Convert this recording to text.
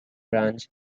branch